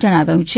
જણાવાયું છે